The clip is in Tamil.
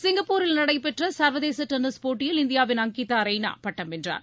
சிங்கப்பூரில் நடைபெற்ற சர்வதேச டென்னிஸ் போட்டியில் இந்தியாவின் அங்கிதா ரெய்னா பட்டம் வென்றார்